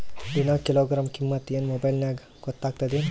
ದಿನಾ ಕಿಲೋಗ್ರಾಂ ಕಿಮ್ಮತ್ ಏನ್ ಮೊಬೈಲ್ ನ್ಯಾಗ ಗೊತ್ತಾಗತ್ತದೇನು?